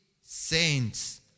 saints